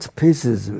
pieces